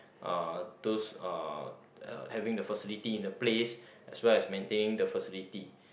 uh those uh having the facilities in the place as well as maintaining the facility